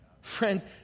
Friends